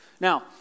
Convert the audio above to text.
Now